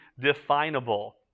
definable